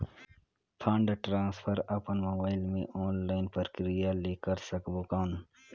Fund transfer अपन mobile मे online प्रक्रिया ले कर सकबो कौन?